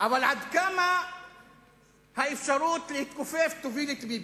אבל עד כמה האפשרות להתכופף תוביל את ביבי?